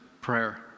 prayer